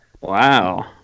Wow